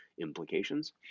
implications